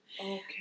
Okay